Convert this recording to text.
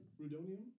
Rudonium